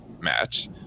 match